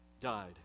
died